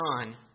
on